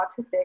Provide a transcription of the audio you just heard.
autistic